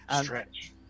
Stretch